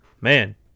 Man